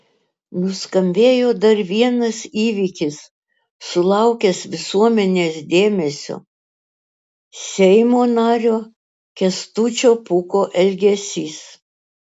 nuskambėjo dar vienas įvykis sulaukęs visuomenės dėmesio seimo nario kęstučio pūko elgesys